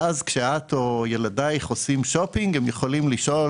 כשאת או ילדייך עושים שופינג, הם יכולים לשאול: